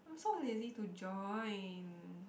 I'm so lazy to join